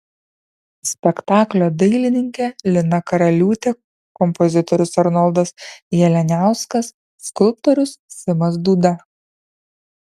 spektaklio dailininkė lina karaliūtė kompozitorius arnoldas jalianiauskas skulptorius simas dūda